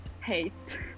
Hate